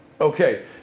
Okay